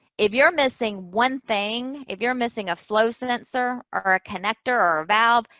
if you're missing one thing, if you're missing a flow sensor or a connector or a valve,